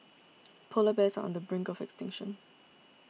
Polar Bears are on the brink of extinction